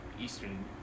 Eastern